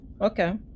Okay